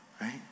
right